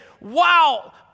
wow